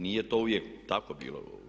Nije to uvijek tako bilo.